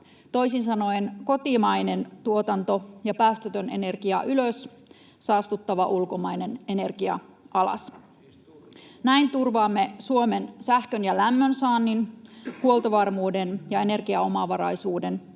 Toisin sanoen kotimainen tuotanto ja päästötön energia ylös, saastuttava, ulkomainen energia alas. Näin turvaamme Suomen sähkön‑ ja lämmönsaannin, huoltovarmuuden ja energiaomavaraisuuden,